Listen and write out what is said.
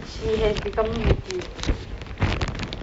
she has become